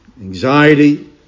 anxiety